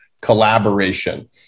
collaboration